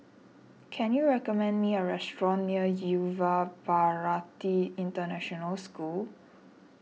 can you recommend me a restaurant near Yuva Bharati International School